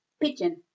Pigeon